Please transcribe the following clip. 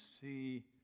see